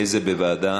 לאיזה ועדה?